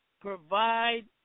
provide